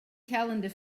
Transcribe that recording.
calendar